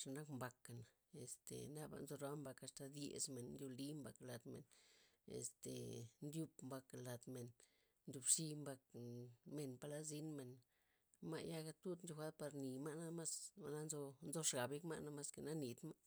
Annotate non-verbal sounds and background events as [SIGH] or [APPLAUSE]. xaa nak mbaka', este naba nzo roa mbak asta dyesmen, ndoli mbak ladmen, este ndyup mbak ladmen, ndobxi mbak [HESITATION] men palad zinmen, ma'ya ga'tud nchojwa'd par nii ma' na jwa'na nzo xab yekma' namas ke nanid ma'.